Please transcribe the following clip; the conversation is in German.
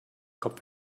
kopf